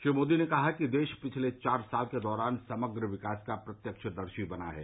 श्री मोदी ने कहा कि देश पिछले चार साल के दौरान समग्र विकास का प्रत्यक्षदर्शी बना है